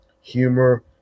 humor